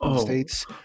States